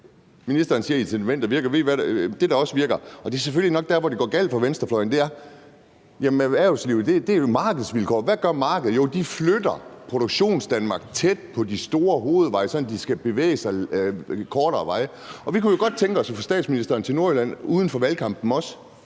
Ministeren siger, at incitamenter virker. Det er selvfølgelig nok der, hvor det går galt for venstrefløjen, altså at det for erhvervslivet handler om markedsvilkår. Og hvad gør markedet? Markedet flytter Produktionsdanmark tæt på de store hovedveje, sådan at de skal bevæge sig et kortere stykke vej. Og vi kunne godt tænke os at få statsministeren til Nordjylland, også uden for valgkampen,